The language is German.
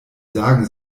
sagen